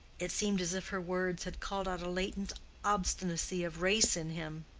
it seemed as if her words had called out a latent obstinacy of race in him.